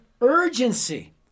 urgency